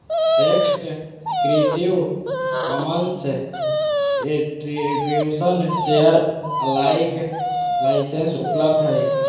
text Creative Commons attribution share alike licence उपलब्ध हइ